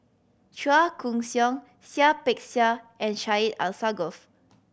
Chua Koon Siong Seah Peck Seah and Syed Alsagoff